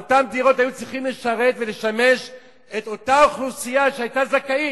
הלוא אותן דירות היו צריכות לשרת ולשמש את אותה אוכלוסייה שהיתה זכאית,